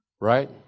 Right